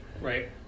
Right